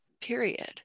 period